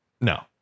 No